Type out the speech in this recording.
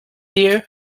you